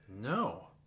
no